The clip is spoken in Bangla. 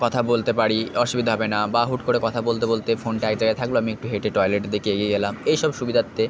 কথা বলতে পারি অসুবিধা হবে না বা হুট করে কথা বলতে বলতে ফোনটা এক জায়গায় থাকলো আমি একটু হেঁটে টয়লেটের দিকে এগিয়ে গেলাম এই সব সুবিধার্থে